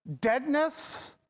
deadness